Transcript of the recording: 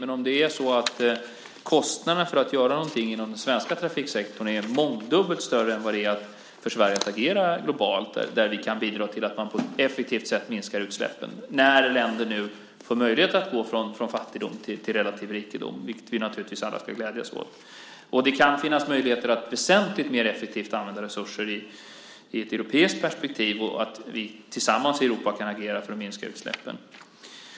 Men kostnaderna för att göra någonting inom den svenska trafiksektorn kan vara mångdubbelt större än det är för Sverige att agera globalt. Där kan vi bidra till att man på ett effektivt sätt minskar utsläppen när länder nu får möjlighet att gå från fattigdom till relativ rikedom, vilket vi naturligtvis alla ska glädjas åt. Och det kan finnas möjligheter att väsentligt mer effektivt använda resurser i ett europeiskt perspektiv så att vi tillsammans i Europa kan agera för att minska utsläppen.